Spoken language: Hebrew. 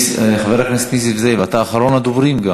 חבר הכנסת נסים זאב, אתה אחרון הדוברים.